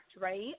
right